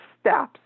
steps